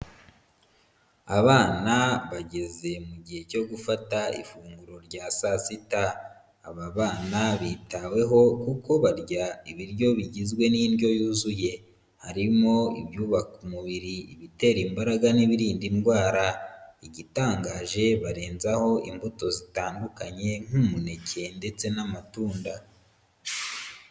Abana bageze mu gihe cyo gufata ifunguro rya saa sita, aba bana bitaweho uko barya ibiryo bigizwe n'indyo yuzuye, harimo ibyubaka umubiri, ibitera imbaraga n'ibirinda indwara, igitangaje barenzaho imbuto zitandukanye nk'umuneke ndetse n'amatunda.